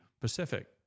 Pacific